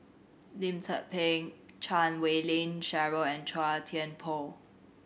Lim Tze Peng Chan Wei Ling Cheryl and Chua Thian Poh